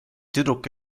tüdruk